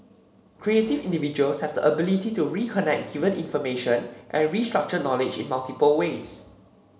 creative individuals have the ability to reconnect given information and restructure knowledge in multiple ways